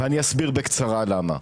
ואני אסביר בקצרה למה.